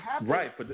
Right